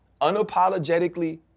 unapologetically